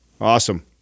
Awesome